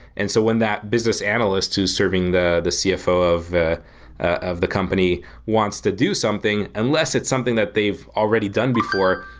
and so when that business analyst to serving the the cfo of the of the company wants to do something, unless it's something that they've already done before,